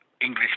English